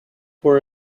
for